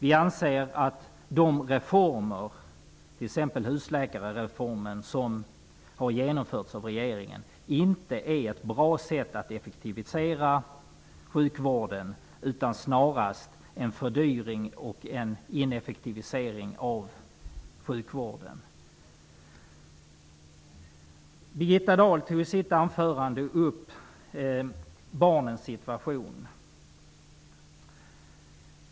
Vi anser att de reformer, t.ex. husläkarreformen, som har genomförts av regeringen inte är ett bra sätt att effektivisera sjukvården på, utan snarast utgör en fördyring och en ineffektivisering av sjukvården. Birgitta Dahl tog i sitt anförande upp barnens situation.